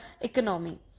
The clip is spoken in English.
economy